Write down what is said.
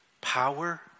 power